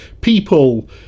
People